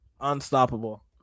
Unstoppable